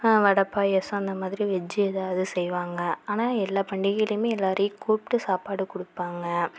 வடை பாயசம் அந்தமாதிரி வெஜ் எதாவது செய்வாங்க ஆனால் எல்லா பண்டிகையிலையுமே எல்லாரையும் கூப்பிட்டு சாப்பாடு கொடுப்பாங்க